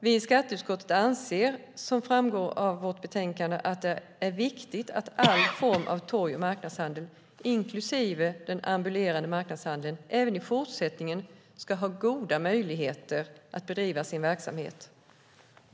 Vi i skatteutskottet anser, som framgår av vårt betänkande, att det är viktigt att all form av torg och marknadshandel, inklusive den ambulerande marknadshandeln, även i fortsättningen ska ha goda möjligheter att bedriva sin verksamhet.